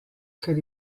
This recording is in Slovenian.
ker